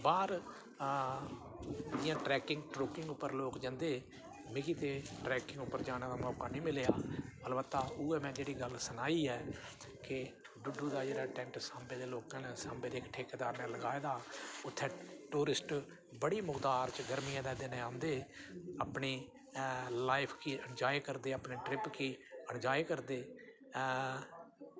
बाह्र जियां ट्रैकिंग ट्रूकिंग उप्पर लोग जंदे मिगी ते ट्रैकिंग उप्पर जाने दा मौका निं मिलेआ अलबत्ता उ'ऐ जेह्ड़ी गल्ल में सनाई ऐ कि डुड्डू दा टैंट जेह्ड़ा सांबे दे लोकें सांबे दे ठेकेदार ने लोआए दा उत्थें टूरिस्ट बड़ी मुकतार च गर्मियें दे दिनें औंदे अपनी लाइफ गी इंजाय करदे अपनी ट्रिप गी इंजाय करदे